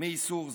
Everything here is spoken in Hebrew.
מאיסור זה.